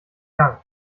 gang